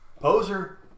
Poser